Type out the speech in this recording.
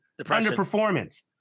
underperformance